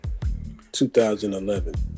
2011